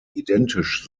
identisch